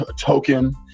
token